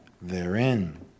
therein